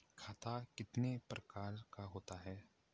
खाता कितने प्रकार का होता है?